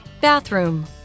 Bathroom